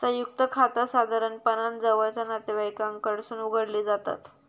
संयुक्त खाता साधारणपणान जवळचा नातेवाईकांकडसून उघडली जातत